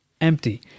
empty